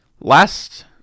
Last